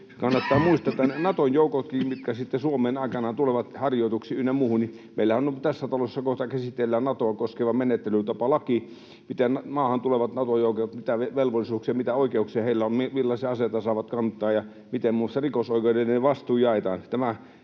Kannattaa muistaa, että Nato-joukotkin, mitkä sitten Suomeen aikanaan tulevat harjoituksiin ynnä muuhun... Meillähän tässä talossa kohta käsitellään Natoa koskeva menettelytapalaki siitä, mitä velvollisuuksia maahan tulevilla Nato-joukoilla on, mitä oikeuksia heillä on, millaisia aseita saavat kantaa ja miten muun muassa rikosoikeudellinen vastuu jaetaan.